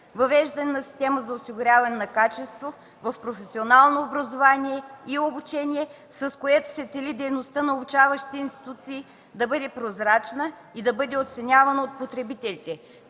Въвеждане на система за осигуряване на качество в професионалното образование и обучение, с което се цели дейността на обучаващите институции да бъде прозрачна и да бъде оценявана от потребителите,